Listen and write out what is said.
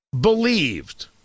believed